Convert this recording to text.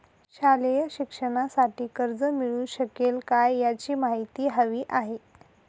शालेय शिक्षणासाठी कर्ज मिळू शकेल काय? याची माहिती हवी आहे